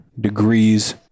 degrees